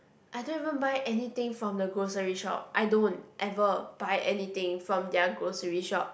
I don't even buy anything from the grocery shop I don't ever buy anything from their grocery shop